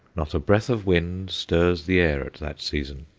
not a breath of wind stirs the air at that season,